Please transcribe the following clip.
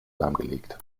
lahmgelegt